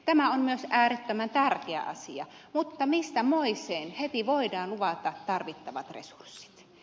tämä on myös äärettömän tärkeä asia mutta mistä moiseen heti voidaan luvata tarvittavat resurssit